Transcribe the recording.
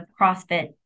CrossFit